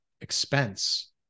expense